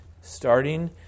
starting